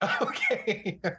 Okay